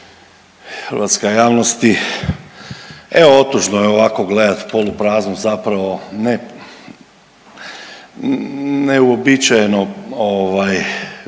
hratska javnosti. Evo otužno je ovako gledati polu praznu zapravo neuobičajeno praznu